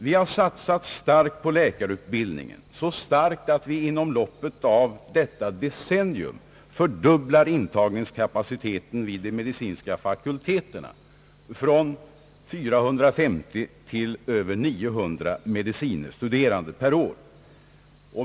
Vi har satsat starkt på läkarutbildningen, så starkt att vi inom loppet av detta decennium fördubblar intagningskapaciteten vid de medicinska fakulteterna, från 450 till över 900 medicine studerande per år.